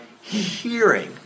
hearing